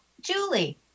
Julie